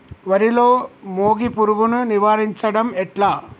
వరిలో మోగి పురుగును నివారించడం ఎట్లా?